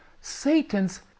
Satan's